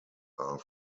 are